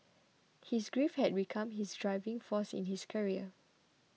his grief had become his driving force in his career